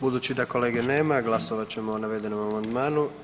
Budući da kolege nema glasovat ćemo o navedenom amandmanu.